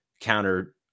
counter